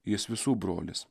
jis visų brolis